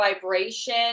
vibration